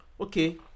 okay